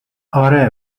آره